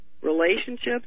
relationships